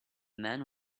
man